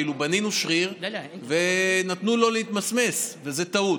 כאילו בנינו שריר ונתנו לו להתמסמס, וזו טעות.